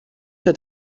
zur